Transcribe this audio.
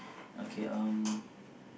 okay um